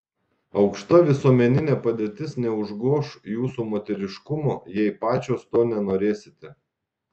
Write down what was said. aukšta visuomeninė padėtis neužgoš jūsų moteriškumo jei pačios to nenorėsite